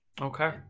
Okay